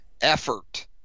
effort